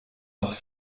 doch